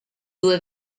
due